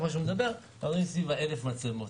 אומרים שסביב אלף מצלמות.